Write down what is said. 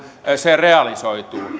se realisoituu